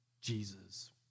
Jesus